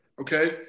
okay